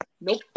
Nope